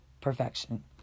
perfection